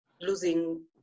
losing